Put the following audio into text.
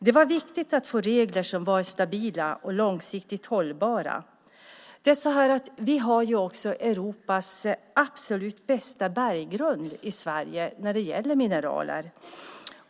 Det var viktigt att få regler som var stabila och långsiktigt hållbara. Vi har Europas absolut bästa berggrund i Sverige när det gäller mineraler.